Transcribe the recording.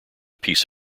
peace